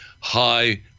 high